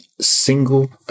single